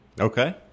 Okay